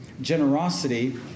Generosity